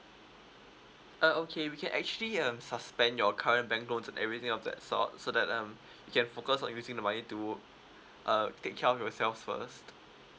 err okay we can actually um suspend your current bank loans and everything of that sort so that um you can focus on using the money to err take care of yourself first